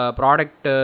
product